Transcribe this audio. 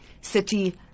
city